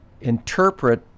interpret